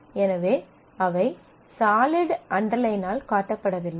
எனவே அவை சாலிட் அண்டர்லைனால் காட்டப்படவில்லை